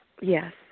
Yes